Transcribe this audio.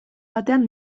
batean